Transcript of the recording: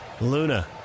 Luna